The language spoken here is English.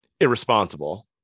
irresponsible